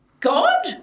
God